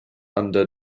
under